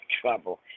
trouble